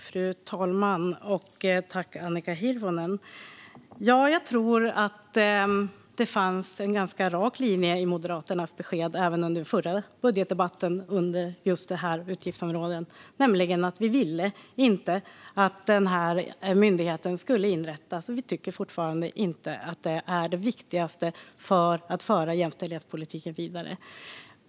Fru talman! Jag tackar Annika Hirvonen. Jag tror att det fanns en ganska rak linje i Moderaternas besked även under den förra budgetdebatten under just detta utgiftsområde. Vi ville inte att denna myndighet skulle inrättas, och vi tycker inte att det är det viktigaste för att föra jämställdhetspolitiken vidare.